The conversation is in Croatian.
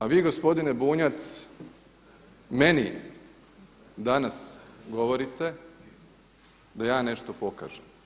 A vi gospodine Bunjac meni danas govorite da ja nešto pokažem.